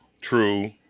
True